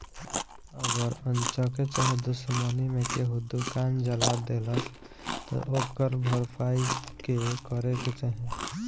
अगर अन्चक्के चाहे दुश्मनी मे केहू दुकान जला देलस त ओकर भरपाई के करे के चाही